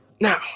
Now